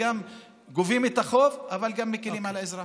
וגם גובים את החוב אבל גם מקילים על האזרח.